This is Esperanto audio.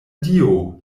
dio